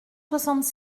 soixante